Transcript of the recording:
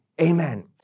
amen